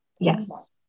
Yes